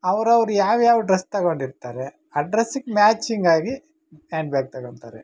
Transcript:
ಅವ್ರವ್ರು ಯಾವ ಯಾವ ಡ್ರೆಸ್ ತಗೊಂಡಿರ್ತಾರೆ ಆ ಡ್ರೆಸ್ಸಿಗೆ ಮ್ಯಾಚಿಂಗ್ ಆಗಿ ಯಾಂಡ್ ಬ್ಯಾಗ್ ತಗೊತಾರೆ